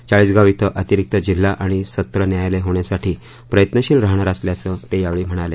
चाळीसगाव ा अंतिरिक्त जिल्हा आणि सत्र न्यायालय होण्यासाठी प्रयत्नशील राहणार असल्याचं ते यावेळी म्हणाले